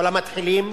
או למתחילים.